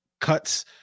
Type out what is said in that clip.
cuts